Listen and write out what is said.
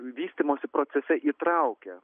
vystymosi procese įtraukia